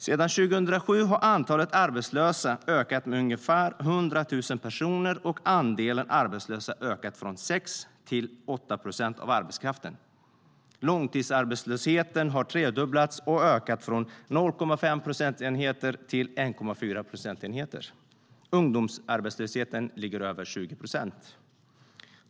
Sedan 2007 har antalet arbetslösa ökat med ungefär 100 000 personer och andelen arbetslösa ökat från 6 till 8 procent av arbetskraften. Långtidsarbetslöshetens ökning har tredubblats och ökat från 0,5 procentenheter till 1,4 procentenheter. Ungdomsarbetslösheten ligger över 20 procent.